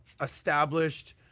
established –